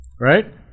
Right